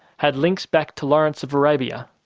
had links back to lawrence of arabia.